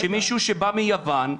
שמישהו שבא מיוון,